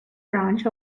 branch